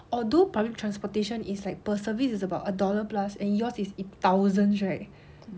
although public transportation is like per service is about a dollar plus and yours is in thousands right